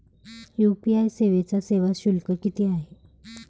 UPI सेवेचा सेवा शुल्क किती आहे?